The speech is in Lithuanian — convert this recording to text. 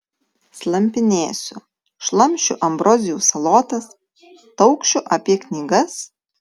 slampinėsiu šlamšiu ambrozijų salotas taukšiu apie knygas